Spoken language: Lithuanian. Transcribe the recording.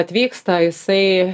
atvyksta jisai